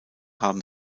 haben